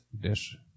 dish